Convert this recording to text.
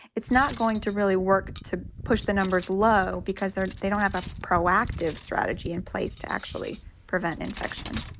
it's not going to really work to push the numbers low because they're they don't have a proactive strategy in place to actually prevent infection